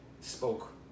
spoke